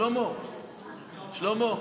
שלמה,